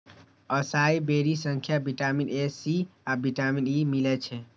असाई बेरी सं vitamin A, C आ विटामिन ई मिलै छै